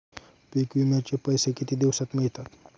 पीक विम्याचे पैसे किती दिवसात मिळतात?